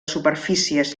superfícies